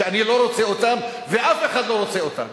שאני לא רוצה אותם ואף אחד לא רוצה אותם.